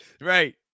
right